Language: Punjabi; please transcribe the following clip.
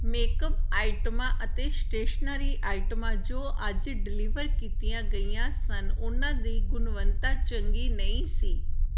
ਮੇਕਅਪ ਆਈਟਮਾਂ ਅਤੇ ਸਟੇਸ਼ਨਰੀ ਆਈਟਮਾਂ ਜੋ ਅੱਜ ਡਿਲੀਵਰ ਕੀਤੀਆਂ ਗਈਆਂ ਸਨ ਓਨ੍ਹਾਂ ਦੀ ਗੁਣਵੱਤਾ ਚੰਗੀ ਨਹੀਂ ਸੀ